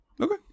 Okay